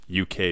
UK